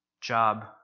job